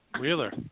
Wheeler